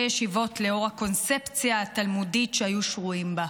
ישיבות לאור הקונספציה התלמודית שהיו שרויים בה,